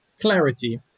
clarity